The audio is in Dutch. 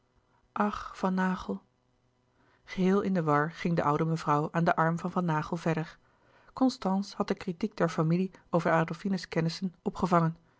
ach van naghel geheel in de war ging de oude mevrouw aan den arm van van naghel verder constance had de kritiek der familie over adolfine's kennissen opgevangen